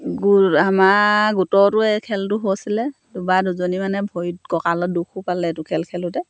গু আমাৰ গোটটো এই খেলটো হৈছিলে দুবাৰ দুজনী মানে ভৰিত কঁকালত দুখো পালে এইটো খেল খেলোঁতে